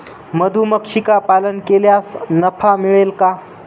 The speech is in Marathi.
मधुमक्षिका पालन केल्यास नफा मिळेल का?